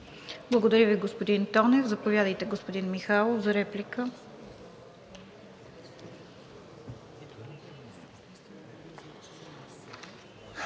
Благодаря Ви, господин Тонев. Заповядайте, господин Михайлов, за реплика.